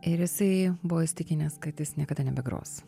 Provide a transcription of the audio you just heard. ir jisai buvo įsitikinęs kad jis niekada nebegros